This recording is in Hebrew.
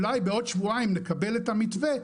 והגנים אולי בעוד שבועיים נקבל את המתווה,